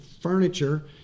furniture